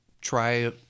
try